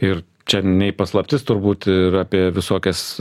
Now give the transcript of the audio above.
ir čia nei paslaptis turbūt ir apie visokias